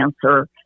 cancer